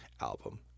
album